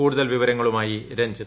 കൂടുതൽ വിവരങ്ങളുമായി രഞ്ജിത്ത്